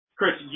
Chris